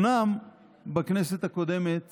אומנם בכנסת הקודמת